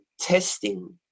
testing